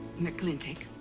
mclintock.